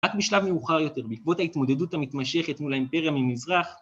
רק בשלב מאוחר יותר, בעקבות ההתמודדות המתמשכת מול האימפריה ממזרח.